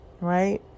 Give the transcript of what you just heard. right